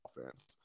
offense